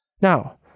Now